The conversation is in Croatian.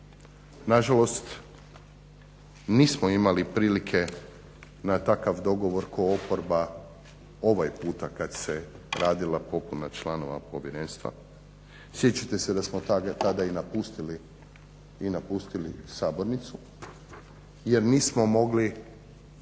Na žalost nismo imali prilike na takav dogovor kao oporba ovaj puta kad se radila popuna članova Povjerenstva. Sjećate se da smo tada i napustili sabornicu jer nismo mogli